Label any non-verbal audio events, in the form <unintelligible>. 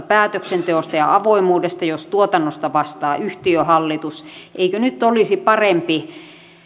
<unintelligible> päätöksenteosta ja avoimuudesta jos tuotannosta vastaa yhtiöhallitus eikö nyt olisi parempi